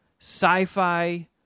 sci-fi